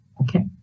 okay